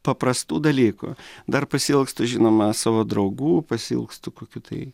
paprastų dalykų dar pasiilgstu žinoma savo draugų pasiilgstu kokių tai